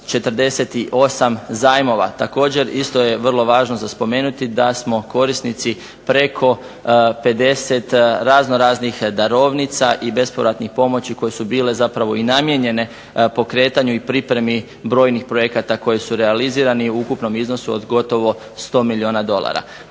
48 zajmova. Također isto je vrlo važno spomenuti da smo korisnici preko 50 razno raznih darovnica i bespovratnih pomoći koje su bile namijenjene pokretanju i pripremi brojnih projekata koje su realizirani u ukupnom iznosu od gotovo 100 milijuna dolara.